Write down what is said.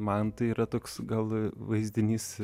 man tai yra toks gal vaizdinys